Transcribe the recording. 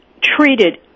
treated